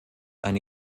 eine